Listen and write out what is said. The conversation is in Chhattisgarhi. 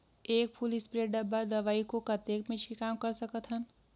एक फुल स्प्रे डब्बा दवाई को कतेक म छिड़काव कर सकथन?